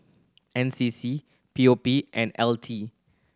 N C C P O P and L T